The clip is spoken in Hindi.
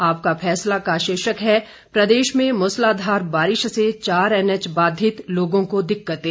आपका फैसला का शीर्षक है प्रदेश में मुसलाधार बारिश से चार एनएच बाधित लोगों को दिक्कतें